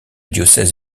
diocèse